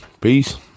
Peace